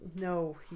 No